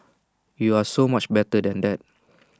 you are so much better than that